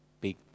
big